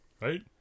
Right